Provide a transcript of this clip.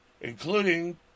including